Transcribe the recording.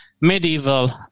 medieval